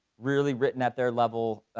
really written at their level.